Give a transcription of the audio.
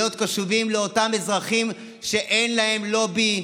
להיות קשובים לאותם אזרחים שאין להם לובי,